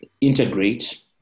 integrate